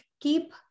keep